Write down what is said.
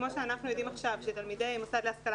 כמו שאנחנו יודעים עכשיו שתלמידי מוסד להשכלה